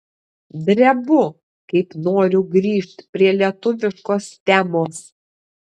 drebu kaip noriu grįžt prie lietuviškos temos